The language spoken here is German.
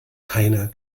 keiner